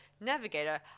Navigator